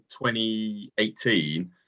2018